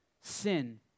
sin